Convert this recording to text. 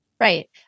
Right